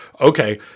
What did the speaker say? Okay